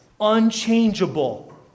unchangeable